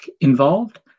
involved